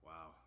Wow